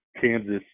Kansas